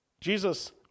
Jesus